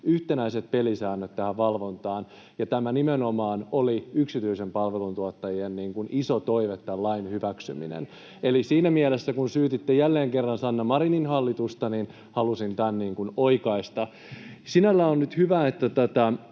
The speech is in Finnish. yhtenäiset pelisäännöt tähän valvontaan, ja tämän lain hyväksyminen oli nimenomaan yksityisen palveluntuottajan iso toive. [Sari Sarkomaan välihuuto] Eli siinä mielessä, kun syytitte jälleen kerran Sanna Marinin hallitusta, halusin tämän oikaista. Sinällään on nyt hyvä, että